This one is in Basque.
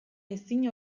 ezin